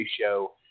show